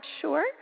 sure